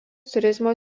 turizmo